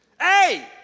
Hey